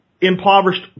impoverished